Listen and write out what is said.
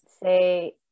say